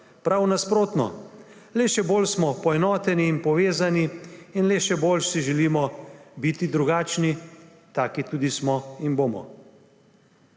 Prav nasprotno, le še bolj smo poenoteni in povezani in le še bolj si želimo biti drugačni – taki tudi smo in bomo.